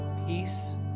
peace